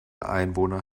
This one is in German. einwohner